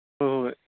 ꯍꯣꯏ ꯍꯣꯏ ꯍꯣꯏ